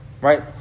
Right